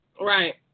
Right